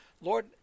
Lord